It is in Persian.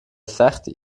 سختی